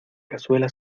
cazuela